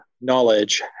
knowledge